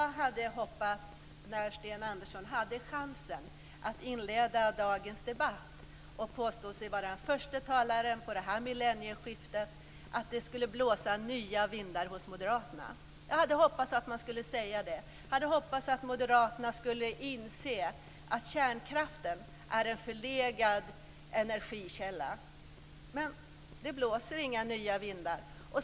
Fru talman! När Sten Andersson hade chansen att inleda dagens debatt, och sade sig vara förste talare efter millennieskiftet, hade jag hoppats att det skulle blåsa nya vindar hos Moderaterna. Jag hade hoppats att man skulle säga det. Jag hade hoppats att Moderaterna skulle inse att kärnkraften är en förlegad energikälla. Men det blåser inga nya vindar.